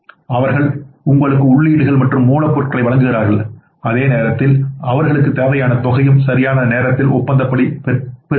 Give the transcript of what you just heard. அவர்கள் உங்களுக்கு உள்ளீடுகள் மற்றும் மூலப்பொருட்களை வழங்குகிறார்கள் அதே நேரத்தில் அவர்களுக்குத் தேவையான தொகையையும் சரியான நேரத்தில் ஒப்பந்தப்படி பெறுகிறார்கள்